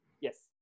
Yes